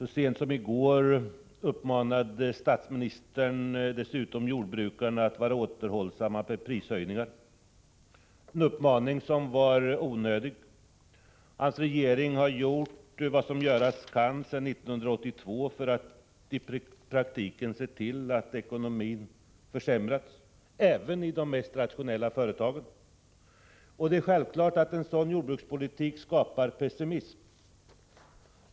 Så sent som i går uppmanade statsministern dessutom jordbrukarna att vara återhållsamma med prishöjningar — en uppmaning som var onödig. Hans regering har gjort vad som göras kan sedan 1982 för att i praktiken se till att ekonomin försämras även i de mest rationella företagen. Och det är självklart att en sådan jordbrukspolitik skapar pessimism.